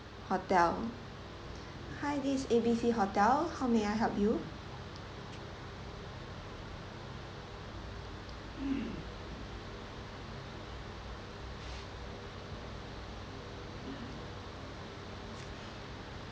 hotel hi this is A B C hotel how may I help you